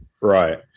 Right